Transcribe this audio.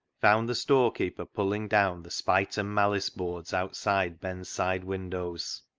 found the storekeeper pulling down the spite and malice boards outside ben's side windows.